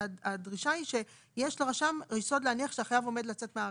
הדרישה היא שיש לרשם יסוד להניח שהחייב עומד לצאת מהארץ,